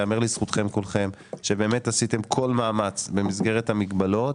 ייאמר לזכותכם כולכם שבאמת עשיתם כל מאמץ במסגרת המגבלות